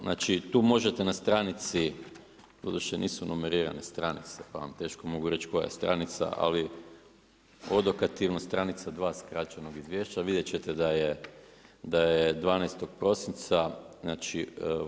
Znači, tu možete na stranici, doduše nisu numerirane stranice pa vam teško mogu reći koja stranica, ali odokativno stranica 2. skraćenog izvješća, vidjet ćete da je 12. prosinca 2012.